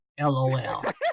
LOL